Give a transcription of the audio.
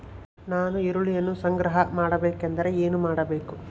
ನಾನು ಈರುಳ್ಳಿಯನ್ನು ಸಂಗ್ರಹ ಮಾಡಬೇಕೆಂದರೆ ಏನು ಮಾಡಬೇಕು?